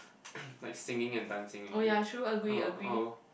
like singing and dancing maybe oh or